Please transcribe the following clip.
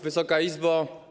Wysoka Izbo!